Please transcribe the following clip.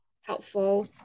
helpful